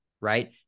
right